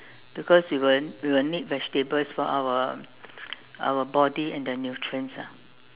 because we will we will need vegetables for our our body and the nutrients ah